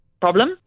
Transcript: problem